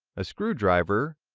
a screwdriver,